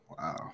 Wow